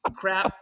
crap